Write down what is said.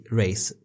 race